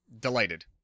delighted